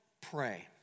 pray